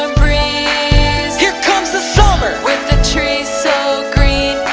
breeze here comes the summer with the trees so green